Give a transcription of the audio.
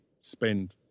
spend